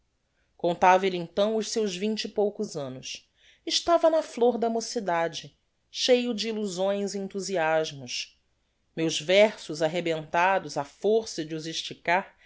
contava elle então os seus vinte e poucos annos estava na flor da mocidade cheio de illusões e enthusiasmos meus versos arrebentados á força de os esticar